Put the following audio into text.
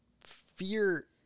fear